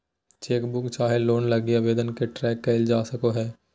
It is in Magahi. चेकबुक चाहे लोन लगी आवेदन के ट्रैक क़इल जा सको हइ